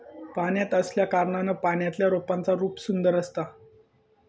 पाण्यात असल्याकारणान पाण्यातल्या रोपांचा रूप सुंदर असता